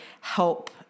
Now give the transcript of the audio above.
help